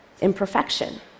imperfection